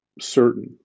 certain